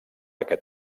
aquest